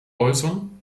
äußern